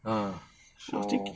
uh so